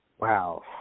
Wow